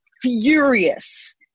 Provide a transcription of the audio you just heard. furious